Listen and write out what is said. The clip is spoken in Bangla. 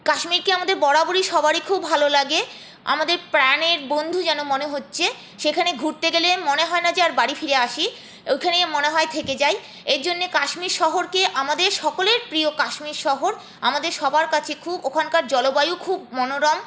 কাশ্মীরকে আমাদের বরাবরই সবারই খুব ভালো লাগে আমাদের প্রাণের বন্ধু যেন মনে হচ্ছে সেখানে ঘুরতে গেলে মনে হয় না যে আর বাড়ি ফিরে আসি ওইখানে মনে হয় থেকে যায় এরজন্যে কাশ্মীর শহরকে আমাদের সকলের প্রিয় কাশ্মীর শহর আমাদের সবার কাছে খুব ওখানকার জলবায়ু খুব মনোরম